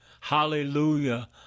Hallelujah